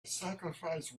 sacrifice